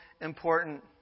important